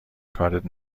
کارت